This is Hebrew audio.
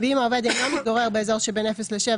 ואם העובד אינו מתגורר באזור שבין 0 ל-7